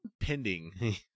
pending